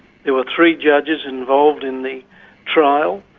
there were three judges involved in the trial.